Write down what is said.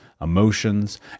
emotions